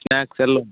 snacks ಎಲ್ಲ